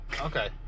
Okay